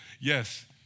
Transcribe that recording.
yes